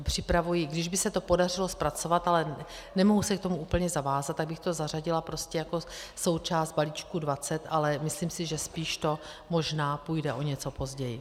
Připravuji, když by se to podařilo zpracovat, ale nemohu se k tomu úplně zavázat, tak bych to zařadila prostě jako součást balíčku dvacet, ale myslím si, že spíš to možná půjde o něco později.